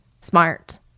smart